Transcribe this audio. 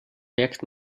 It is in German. merkt